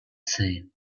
same